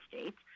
States